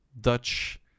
Dutch